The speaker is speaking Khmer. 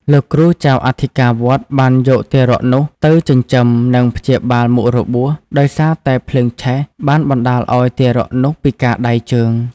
លោកគ្រូចៅអធិការវត្តបានយកទារកនោះទៅចិញ្ចឹម និងព្យាបាលមុខរបួស ដោយសារតែភ្លើងឆេះបានបណ្តាលឱ្យទារកនោះពិការដៃជើង ។